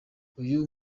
uyu